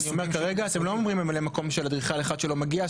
אני אומר שכרגע אתם לא אומרים ממלא מקום של אדריכל אחד שלא מגיע,